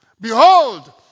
Behold